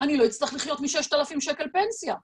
אני לא אצליח לחיות מ-6,000 שקל פנסיה.